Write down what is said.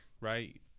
right